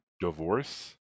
divorce